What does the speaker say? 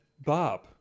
Bob